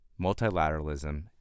multilateralism